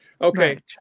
Okay